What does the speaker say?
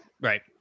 right